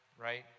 right